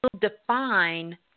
define